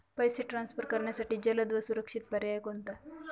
पैसे ट्रान्सफर करण्यासाठी जलद व सुरक्षित पर्याय कोणता?